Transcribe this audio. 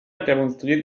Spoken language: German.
demonstriert